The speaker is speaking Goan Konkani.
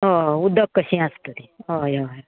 हय उदक कशी आसतली हय हय